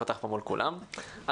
על אף שכרגע עשיתי את זה.